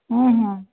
ହଁ ହଁ